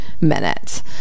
minutes